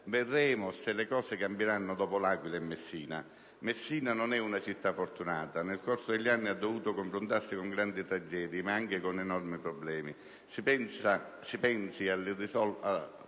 Vedremo se le cose cambieranno dopo L'Aquila e Messina. Messina non è una città fortunata. Nel corso degli anni ha dovuto confrontarsi con grandi tragedie, ma anche con enormi problemi. Si pensi all'irrisolto